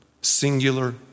singular